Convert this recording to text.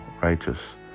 righteous